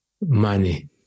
money